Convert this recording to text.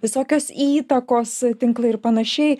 visokios įtakos tinklai ir panašiai